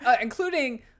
Including